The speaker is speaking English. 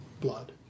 Blood